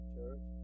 church